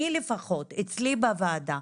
אני לפחות, אצלי בוועדה,